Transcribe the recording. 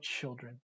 children